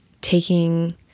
taking